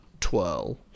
twirl